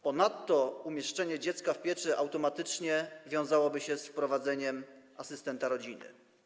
Ponadto umieszczenie dziecka w pieczy automatycznie wiązałoby się z wprowadzeniem asystenta rodziny.